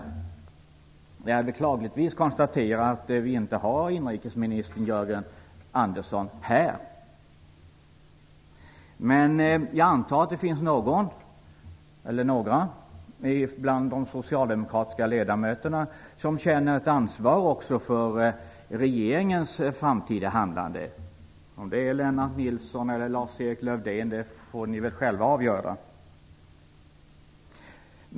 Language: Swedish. Beklagligtvis är inrikesminister Jörgen Andersson inte i kammaren i dag. Men jag antar att någon eller några av de socialdemokratiska ledamöterna känner ett ansvar också för regeringens framtida handlande. Om det är Lennart Nilsson eller Lars-Erik Lövdén får ni själva avgöra.